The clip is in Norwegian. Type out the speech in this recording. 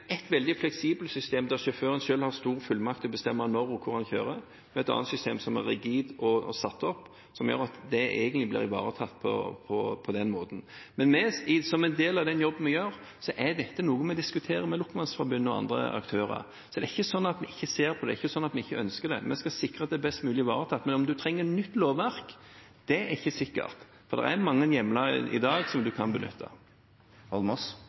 et veldig fleksibelt system, der sjåføren selv har stor fullmakt til å bestemme når og hvor han kjører, med et annet system som er rigid og satt opp, og som gjør at det blir ivaretatt på den måten. Men som en del av den jobben vi gjør, er dette noe vi diskuterer med Lokomotivmannsforbundet og andre aktører. Så det er ikke sånn at vi ikke ser på det, det er ikke sånn at vi ikke ønsker det. Vi skal sikre at det er best mulig ivaretatt. Men det er ikke sikkert en trenger nytt lovverk, for det er mange hjemler i dag en kan benytte. Jeg sier ikke